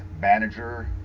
manager